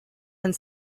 and